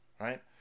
right